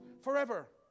forever